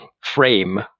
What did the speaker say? frame